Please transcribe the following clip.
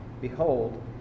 behold